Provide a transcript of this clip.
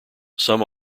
some